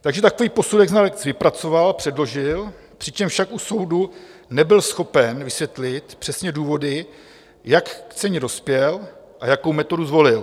Takže takový posudek znalec vypracoval a předložil, přičemž však u soudu nebyl schopen vysvětlit přesně důvody, jak k ceně dospěl a jakou metodu zvolil.